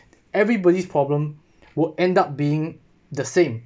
everybody's problem will end up being the same